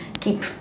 keep